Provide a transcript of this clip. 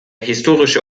historische